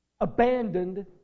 abandoned